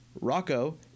Rocco